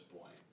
point